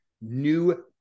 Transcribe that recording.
New